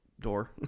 door